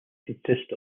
consist